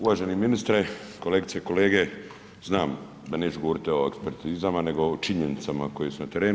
Uvaženi ministre, kolegice i kolege, znam da neću govoriti o ekspertizama, nego o činjenicama koje su na terenu.